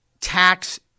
tax